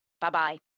Bye-bye